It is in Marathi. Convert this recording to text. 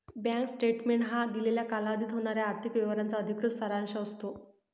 बँक स्टेटमेंट हा दिलेल्या कालावधीत होणाऱ्या आर्थिक व्यवहारांचा अधिकृत सारांश असतो